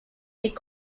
est